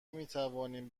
میتوانیم